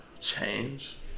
Change